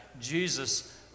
Jesus